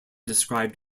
described